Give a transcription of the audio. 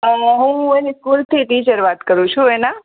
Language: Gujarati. હું એની સ્કૂલથી ટીચર વાત કરું છું એના